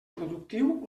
productiu